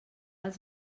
els